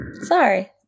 Sorry